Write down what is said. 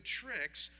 tricks